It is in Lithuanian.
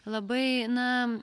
labai na